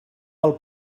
pel